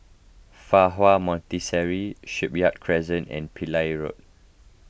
Fa Hua Monastery Shipyard Crescent and Pillai Road